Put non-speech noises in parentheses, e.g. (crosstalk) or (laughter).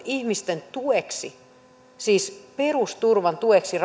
(unintelligible) ihmisten tueksi perusturvan tueksi (unintelligible)